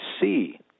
see